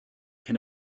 cyn